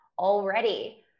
Already